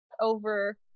over